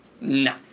No